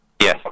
Yes